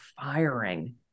firing